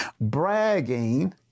Bragging